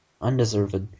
Undeserved